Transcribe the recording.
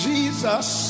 Jesus